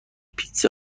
پیتزا